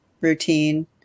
routine